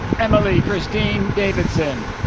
emily christine davidson